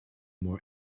more